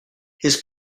his